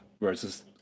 versus